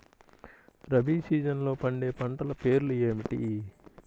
రబీ సీజన్లో పండే పంటల పేర్లు ఏమిటి?